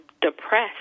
depressed